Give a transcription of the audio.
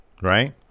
right